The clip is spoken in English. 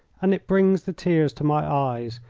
and it brings the tears to my eyes,